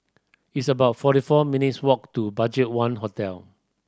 it's about forty four minutes' walk to BudgetOne Hotel